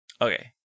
Okay